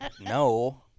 No